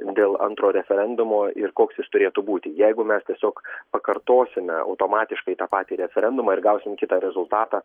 dėl antro referendumo ir koks jis turėtų būti jeigu mes tiesiog pakartosime automatiškai tą patį referendumą ir gausim kitą rezultatą